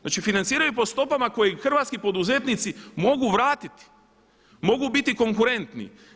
Znači financiraju po stopama koji hrvatski poduzetnici mogu vratiti, mogu biti konkurentni.